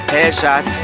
Headshot